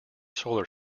solar